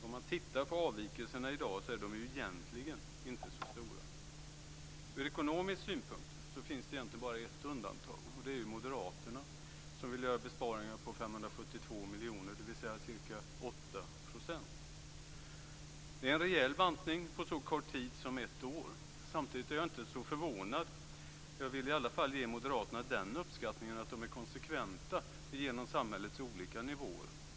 Om man tittar på avvikelserna i dag ser man att de egentligen inte är så stora. Ur ekonomisk synpunkt finns det egentligen bara ett undantag och det är moderaterna, som vill göra besparingar på 572 miljoner kronor, dvs. ca 8 %. Det är en rejäl bantning på så kort tid som ett år. Samtidigt är jag inte förvånad. Jag vill i alla fall ge moderaterna den uppskattningen att de är konsekventa igenom samhällets olika nivåer.